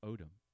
Odom